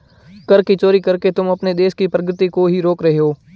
कर की चोरी करके तुम अपने देश की प्रगती को ही रोक रहे हो